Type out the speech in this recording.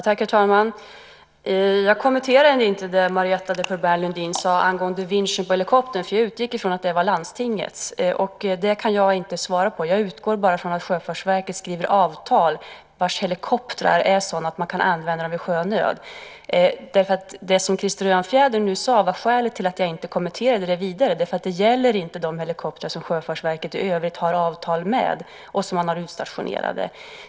Herr talman! Jag kommenterade inte det som Marietta de Pourbaix-Lundin sade om vinschen för helikoptern, för jag utgick från att den var landstingets. Det kan jag alltså inte svara på. Jag utgår bara från att Sjöfartsverket skriver avtal där helikoptrarna är sådana att de kan användas vid sjönöd. Skälet till att jag inte kommenterade det ytterligare var det som Krister Örnfjäder sade, nämligen att det inte gäller de helikoptrar som Sjöfartsverket i övrigt har avtal med och som är utstationerade.